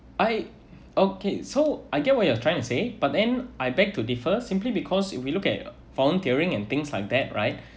I okay so I get what you are trying to say but then I beg to differ simply because we look at volunteering and things like that right